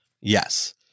Yes